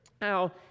Now